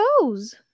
goes